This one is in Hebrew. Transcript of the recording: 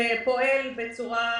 שפועל בצורה שגרתית,